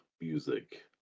music